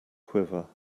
quiver